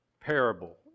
parable